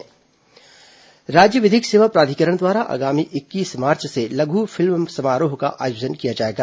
लघु फिल्म राज्य विधिक सेवा प्राधिकरण द्वारा आगामी इक्कीस मार्च से लघु फिल्म समारोह का आयोजन किया जाएगा